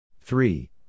Three